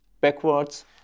backwards